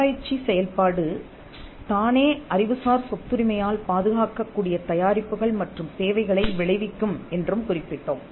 ஆராய்ச்சி செயல்பாடு தானே அறிவுசார் சொத்துரிமையால் பாதுகாக்கக்கூடிய தயாரிப்புகள் மற்றும் சேவைகளை விளைவிக்கும் என்றும் குறிப்பிட்டோம்